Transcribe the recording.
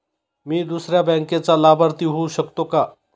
मी दुसऱ्या बँकेचा लाभार्थी होऊ शकतो का?